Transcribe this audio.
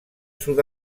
sud